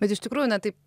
bet iš tikrųjų na taip